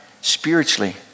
spiritually